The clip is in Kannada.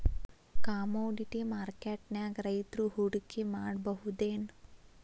ಕಾಮೊಡಿಟಿ ಮಾರ್ಕೆಟ್ನ್ಯಾಗ್ ರೈತ್ರು ಹೂಡ್ಕಿ ಮಾಡ್ಬಹುದೇನ್?